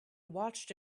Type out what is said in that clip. watched